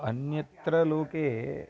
अन्यत्र लोके